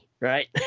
right